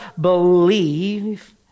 believe